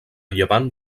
llevant